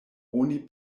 oni